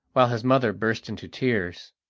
while his mother burst into tears.